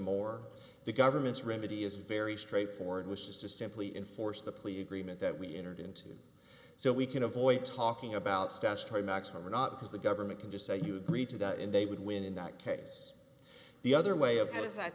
more the government's remedy is very straightforward which is to simply enforce the plea agreement that we entered into so we can avoid talking about statutory max over not because the government can just say you agree to that and they would win in that case the other way of